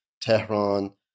Tehran